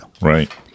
right